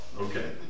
Okay